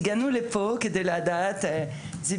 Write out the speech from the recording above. הגענו לפה כדי לדעת מה נעשה מאז,